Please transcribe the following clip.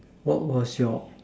what was your